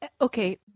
Okay